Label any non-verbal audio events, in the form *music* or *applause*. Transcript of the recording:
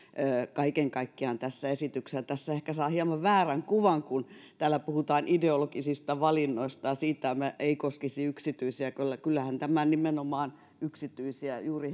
kaiken kaikkiaan tässä esityksessä saa ehkä hieman väärän kuvan kun täällä puhutaan ideologisista valinnoista ja siitä että tämä ei koskisi yksityisiä sillä kyllähän tämä nimenomaan juuri *unintelligible*